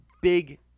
big